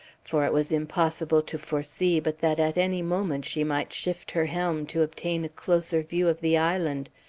for it was impossible to foresee but that at any moment she might shift her helm to obtain a closer view of the island,